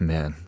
Man